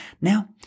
Now